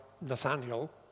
Nathaniel